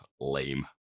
lame